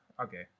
okay